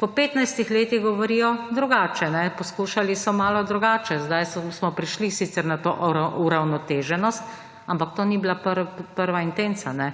po 15-ih letih govorijo drugače. Poskušali so malo drugače, zdaj smo prišli sicer na to uravnoteženost, ampak to ni bila prva intenca.